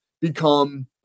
become